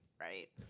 right